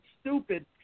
stupid